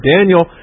Daniel